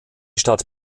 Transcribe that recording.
stadt